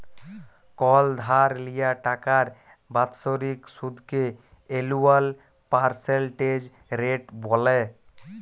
call ধার লিয়া টাকার বাৎসরিক সুদকে এলুয়াল পার্সেলটেজ রেট ব্যলে